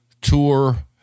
tour